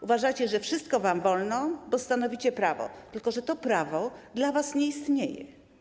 Uważacie, że wszystko wam wolno, bo stanowicie prawo, tylko że to prawo dla was nie istnieje.